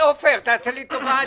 עופר, תעשה לי טובה.